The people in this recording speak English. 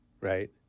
right